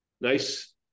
nice